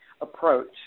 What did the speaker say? approach